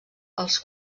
els